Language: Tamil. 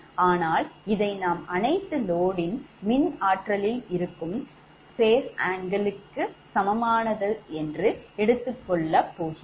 ஆனால் இதை நாம் அனைத்து load மின்ஆற்றலில் இருக்கும் கட்ட கோணம் சமமானதாக எடுத்துக் கொள்கிறோம்